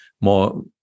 more